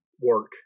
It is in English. work